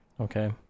Okay